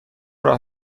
راه